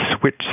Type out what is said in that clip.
switch